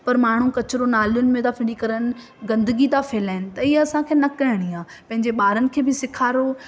पर माण्हू कचिरो नालियुनि में त फिटी करनि गंदगी था फैलाइनि त इहा असांखे न करिणी आहे पंहिंजे ॿारनि खे बि सेखारियो